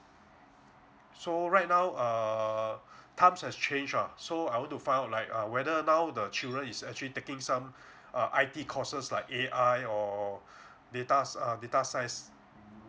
so right now err times has changed uh so I want to find out like uh whether now the children is actually taking some uh I_T courses like A_I or data sci~ err data science